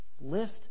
Lift